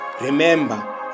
Remember